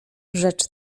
rzecz